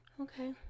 Okay